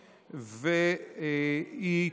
2021,